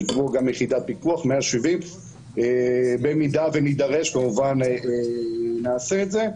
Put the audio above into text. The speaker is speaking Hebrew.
יש פה גם יחידת פיקוח 170. במידה שנידרש כמובן נעשה את זה.